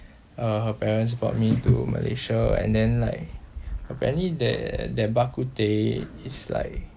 uh her parents brought me to malaysia and then like apparently there their bak kut teh is like